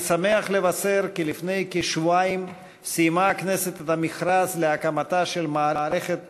אני שמח לבשר כי לפני כשבועיים סיימה הכנסת את המכרז להקמתה של מערכת